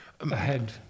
Ahead